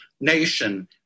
nation